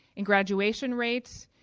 in graduation rates,